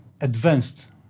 advanced